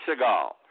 Seagal